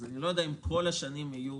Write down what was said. אני לא יודע אם כל השנים יהיו